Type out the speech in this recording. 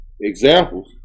Examples